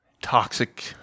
toxic